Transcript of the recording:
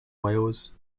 wales